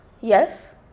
yes